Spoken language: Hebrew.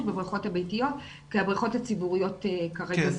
בבריכות הביתיות כי הבריכות הציבוריות כרגע סגורות.